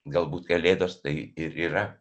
galbūt kalėdos tai ir yra